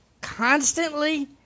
constantly